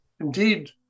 indeed